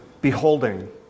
beholding